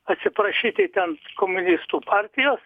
atsiprašyti ten komunistų partijos